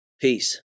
Peace